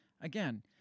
again